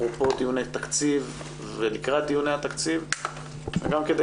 אפרופו דיוני תקציב ולקראת דיוני התקציב וגם כדי